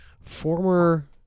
former